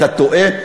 אתה טועה.